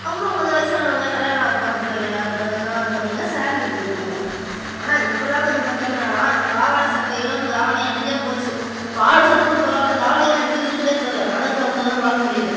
அப்புறம் கொஞ்சம் வயதானவங்க கல்யாணம் ஆக போகிற பிள்ளைங்க வந்து பார்த்திங்ன்னா சாரீ கட்டியிருக்கும் ஆனால் இப்பெலாம் வந்து பார்த்திங்ன்னா அதை பாவாடை சட்டையும் தாவணியும் அழிஞ்சே போச்சு பாவாடை சட்டை கூட பரவாயில்ல தாவணியெலாம் எங்கே இருக்குதுன்னே தெரில நாடகத்தில் மட்டும் தான் பார்க்க முடியுது